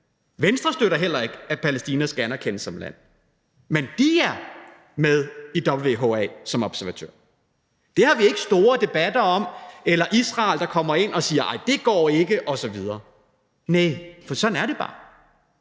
Venstre støtter heller ikke, at Palæstina skal anerkendes som land. Men de er med i WHA som observatør. Det har vi ikke store debatter om, eller Israel, der kommer ind og siger, at det går ikke, osv. Nej, for sådan er det bare.